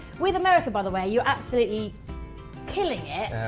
with america by the way, you're absolutely killing it.